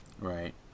Right